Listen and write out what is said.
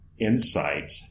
insight